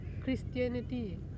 Christianity